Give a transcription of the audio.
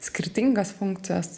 skirtingas funkcijas